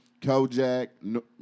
Kojak